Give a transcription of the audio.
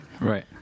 right